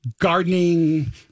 gardening